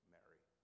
Mary